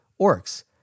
orcs